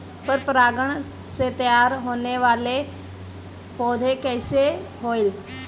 पर परागण से तेयार होने वले पौधे कइसे होएल?